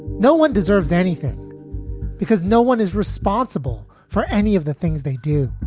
no one deserves anything because no one is responsible for any of the things they do.